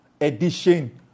edition